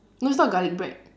no it's not garlic bread